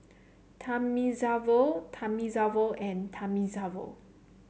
Thamizhavel Thamizhavel and Thamizhavel